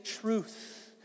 truth